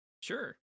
sure